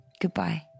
Goodbye